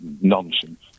nonsense